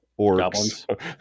orcs